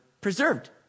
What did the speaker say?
preserved